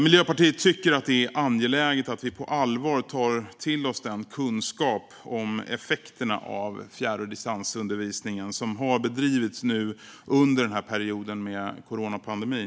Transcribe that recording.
Miljöpartiet tycker att det är angeläget att vi på allvar tar till oss den kunskap om effekterna av den fjärr och distansundervisning som har bedrivits under denna period med coronapandemin.